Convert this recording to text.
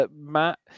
Matt